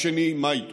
והשני, מה איתו?